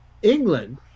england